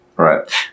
Right